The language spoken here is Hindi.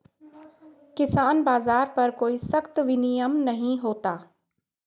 किसान बाज़ार पर कोई सख्त विनियम नहीं होता